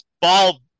Ball